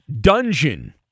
Dungeon